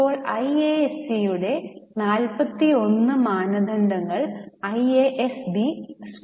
ഇപ്പോൾ ഐഎഎസ്സിയുടെ 41 മാനദണ്ഡങ്ങൾ ഐഎഎസ്ബി സ്വീകരിച്ചു